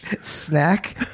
snack